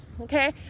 Okay